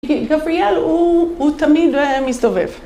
כי גבריאל הוא, הוא תמיד מסתובב.